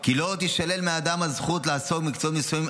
כי לא תישלל מאדם הזכות לעסוק במקצועות מסוימים